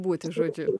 būti žodžiu